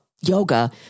yoga